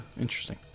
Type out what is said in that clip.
interesting